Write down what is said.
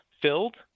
filled